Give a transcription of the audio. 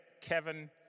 Kevin